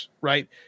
right